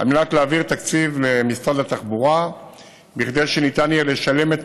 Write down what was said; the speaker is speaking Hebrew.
על מנת להעביר תקציב למשרד התחבורה כדי שניתן יהיה לשלם את